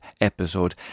episode